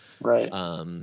Right